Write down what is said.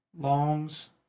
longs